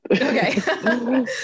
Okay